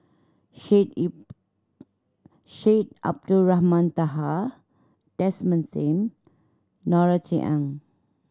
Syed Ip Syed Abdulrahman Taha Desmond Sim Norothy Ng